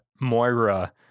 Moira